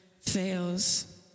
fails